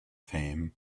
fame